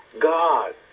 God